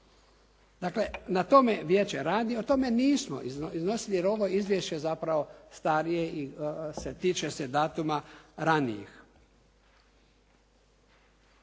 Dakle, na tome vijeće radi, o tome nismo iznosili jer ovo izvješće je zapravo starije i tiče se datuma ranijih.